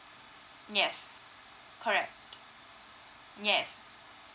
yes correct yes